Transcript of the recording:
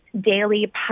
daily